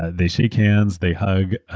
ah they shake hands, they hug,